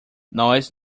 nós